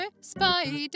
Spider